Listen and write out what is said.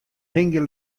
hingje